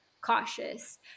cautious